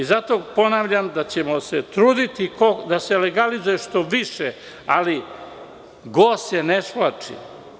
Zato ponavljam da ćemo se truditi da se legalizuje što više, ali go se ne svlači.